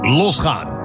losgaan